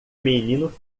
menino